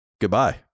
Goodbye